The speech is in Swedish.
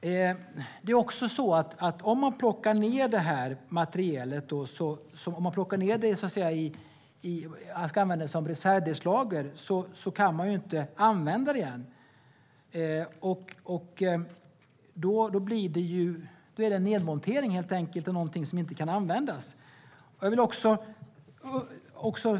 Det är också så att om man plockar ned denna materiel för att använda som reservdelslager så kan man inte använda den igen. Då blir det helt enkelt en nedmontering och något som inte kan användas.